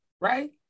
Right